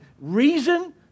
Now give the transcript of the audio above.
Reason